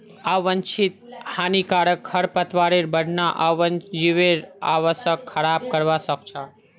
आवांछित हानिकारक खरपतवारेर बढ़ना वन्यजीवेर आवासक खराब करवा सख छ